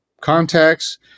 contacts